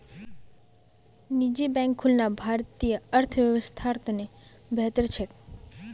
निजी बैंक खुलना भारतीय अर्थव्यवस्थार त न बेहतर छेक